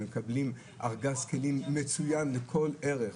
הם מקבלים ארגז כלים מצוין לכל ערך.